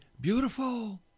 beautiful